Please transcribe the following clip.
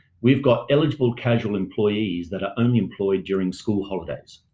we've got eligible casual employees that are only employed during school holidays.